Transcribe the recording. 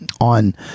on